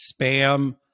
spam